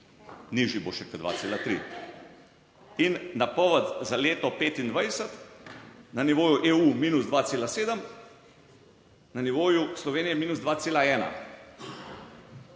nižji bo še kot 2,3. In napoved za leto 2025 na nivoju EU minus 2,7 na nivoju Slovenije minus 2,1.